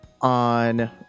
on